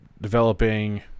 developing